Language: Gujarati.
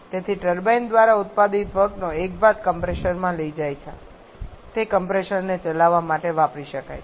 તેથી ટર્બાઇન દ્વારા ઉત્પાદિત વર્કનો એક ભાગ કમ્પ્રેસરમાં લઈ શકાય છે તે કમ્પ્રેસરને ચલાવવા માટે વાપરી શકાય છે